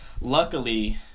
luckily